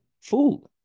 food